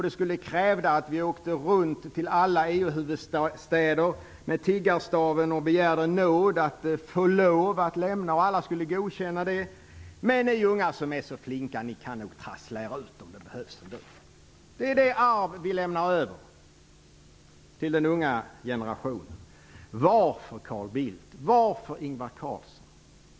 Det skulle kräva att vi åkte runt till alla EU-huvudstäder med tiggarstaven och begärde nåd, att få lov att lämna EU, och alla skulle godkänna det. Men ni unga som är så flinka, ni kan nog trassla er ut ändå, om det behövs. Det är det arv vi lämnar över till den unga generationen. Varför, Carl Bildt? Varför, Ingvar Carlsson?